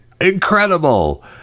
incredible